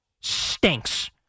stinks